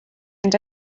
and